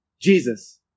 Jesus